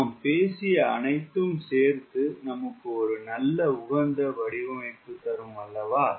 நாம் பேசிய அனைத்தும் சேர்த்து நமக்கு ஒரு நல்ல உகந்த வடிவமைப்பு தரும் அல்லவா